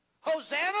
Hosanna